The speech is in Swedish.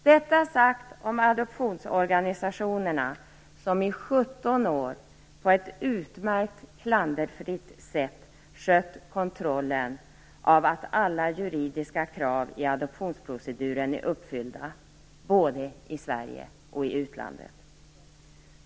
Detta sagt om adoptionsorganisationerna, som i 17 år på ett utmärkt och klanderfritt sätt skött kontrollen av att alla juridiska krav i adoptionsproceduren är uppfyllda, både i Sverige och i utlandet.